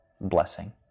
blessing